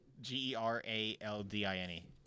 g-e-r-a-l-d-i-n-e